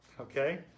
Okay